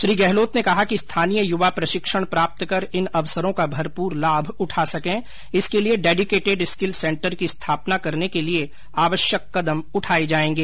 श्री गहलोत ने कहा कि स्थानीय युवा प्रशिक्षण प्राप्त कर इन अवसरों का भरपूर लाभ उठा सकें इसके लिए डेडीकेटेड स्किल सेन्टर की स्थापना करने के लिए आवश्यक कदम उठाये जाएंगे